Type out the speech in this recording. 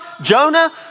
Jonah